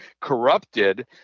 corrupted